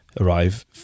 arrive